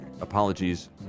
apologies